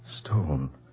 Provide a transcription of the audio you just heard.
stone